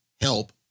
help